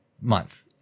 month